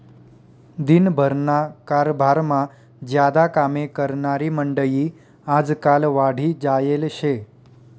दिन भरना कारभारमा ज्यादा कामे करनारी मंडयी आजकाल वाढी जायेल शे